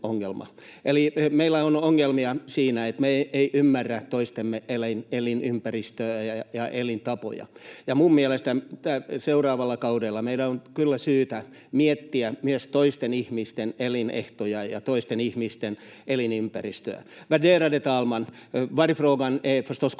meillä on ongelmia siinä, että me ei ymmärretä toistemme elinympäristöä ja elintapoja, ja mielestäni seuraavalla kaudella meidän on kyllä syytä miettiä myös toisten ihmisten elinehtoja ja toisten ihmisten elinympäristöä. Värderade talman! Vargfrågan är förstås konkret